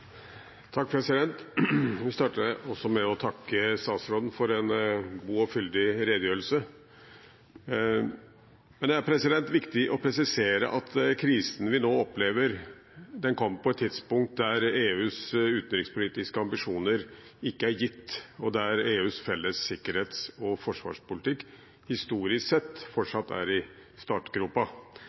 Jeg vil også starte med å takke statsråden for en god og fyldig redegjørelse. Det er viktig å presisere at krisen vi nå opplever, kommer på et tidspunkt da EUs utenrikspolitiske ambisjoner ikke er gitt og EUs felles sikkerhets- og forsvarspolitikk historisk sett fortsatt er i